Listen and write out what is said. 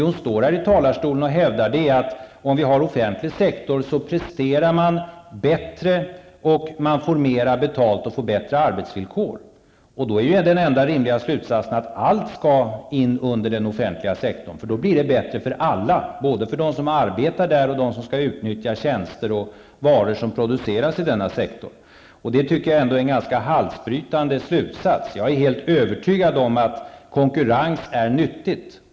Hon står här i talarstolen och hävdar att inom den offentliga sektorn presterar man bättre, får bättre betalt och får bättre arbetsvillkor. Den enda rimliga slutsatsen av det är att allt skall in under den offentliga sektorn, får då blir det bättre för alla, både dem som arbetar där och dem som skall utnyttja de tjänster och varor som produceras i denna sektor. Det tycker jag är en ganska halsbrytande slutsats. Jag är helt övertygad om att konkurrens är nyttigt.